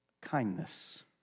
kindness